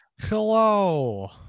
Hello